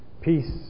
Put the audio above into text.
peace